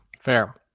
Fair